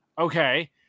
okay